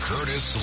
Curtis